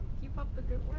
keep up the good